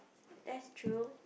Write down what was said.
that's true